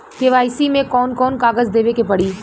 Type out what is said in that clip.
KYC मे कौन कौन कागज देवे के पड़ी?